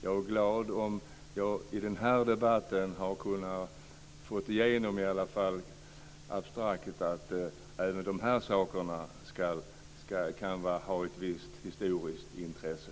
Jag är glad om jag i den här debatten i alla fall abstrakt har kunnat få igenom att även dessa saker kan ha ett visst historiskt intresse.